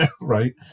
right